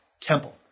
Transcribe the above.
temple